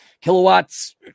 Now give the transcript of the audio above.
kilowatts